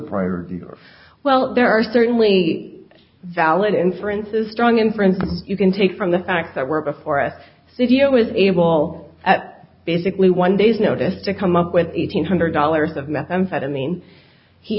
prior well there are certainly valid inference a strong inference you can take from the facts that were before us if you was able at basically one day's notice to come up with eighteen hundred dollars of methamphetamine he